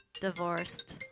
divorced